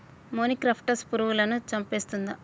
మొనిక్రప్టస్ పురుగులను చంపేస్తుందా?